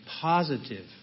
positive